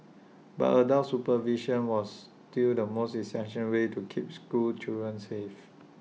but adult supervision was still the most essential way to keep school children safe